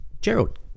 Gerald